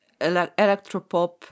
electropop